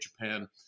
Japan